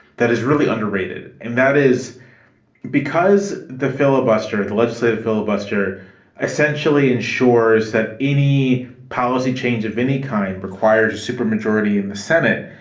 that is really underrated. and that is because the filibuster of the legislative filibuster essentially ensures that any policy change of any kind requires a supermajority in the senate.